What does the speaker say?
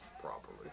properly